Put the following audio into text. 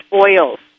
oils